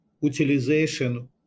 utilization